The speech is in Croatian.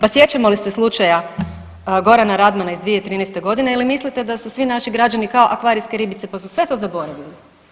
Pa sjećamo li se slučaja Gorana Radmana iz 2013.g. ili mislite da su svi naši građani kao akvarijske ribice, pa su sve to zaboravili.